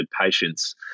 patients